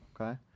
Okay